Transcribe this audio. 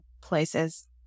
places